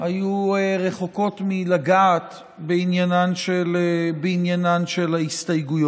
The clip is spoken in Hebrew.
היו רחוקות מלגעת בעניינן של ההסתייגויות.